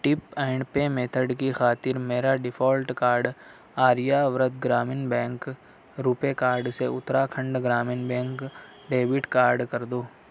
tape and pay method کی خاطر میرا default card Aryavart Gramin bank RuPay card سے Uttarakhand Gramin bank debit card کر دو